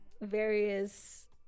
various